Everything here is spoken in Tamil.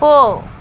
போ